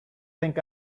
think